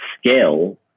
scale